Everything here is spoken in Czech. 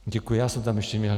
Děkuji, já jsem tam ještě měl...